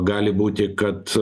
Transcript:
gali būti kad